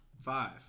five